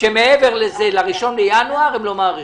שמעבר ל-1 בינואר הם לא מאריכים.